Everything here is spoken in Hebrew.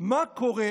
מה קורה